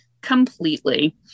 completely